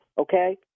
Okay